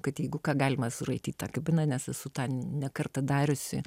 kad jeigu ką galima suraityt ta kibiną nes esu tą ne kartą dariusi